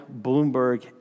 Bloomberg